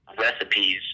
recipes